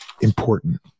important